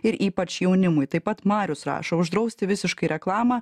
ir ypač jaunimui taip pat marius rašo uždrausti visiškai reklamą